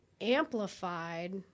amplified